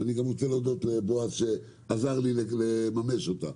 אני גם רוצה להודות לבועז שעזר לי לממש אותה.